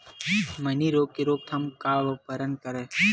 मैनी रोग के रोक थाम बर का करन?